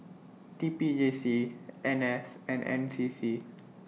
T P J C N S and N C C